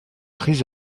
très